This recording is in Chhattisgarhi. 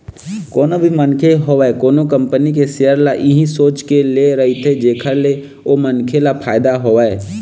कोनो भी मनखे होवय कोनो कंपनी के सेयर ल इही सोच के ले रहिथे जेखर ले ओ मनखे ल फायदा होवय